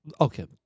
Okay